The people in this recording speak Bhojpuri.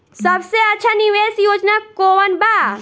सबसे अच्छा निवेस योजना कोवन बा?